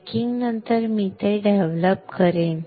बेकिंगनंतर मी ते डेव्हलप करेन